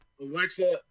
Alexa